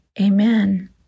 amen